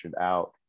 out